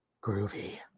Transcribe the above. groovy